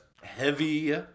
heavy